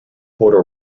porto